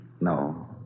No